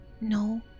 No